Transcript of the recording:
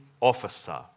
officer